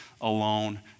alone